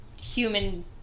human